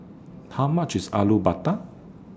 How much IS Alu Matar